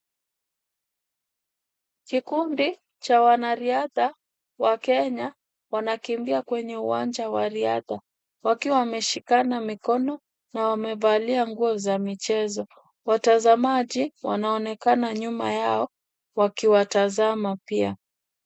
Kikundi, cha wanariadha, wa Kenya, wanakimbia kwenye uwanja wa riadha, wakiwa wameshikana mikono, na wamevalia nguo za michezo, watazamaji, wanaonekana nyuma yao, wakiwatazama pia.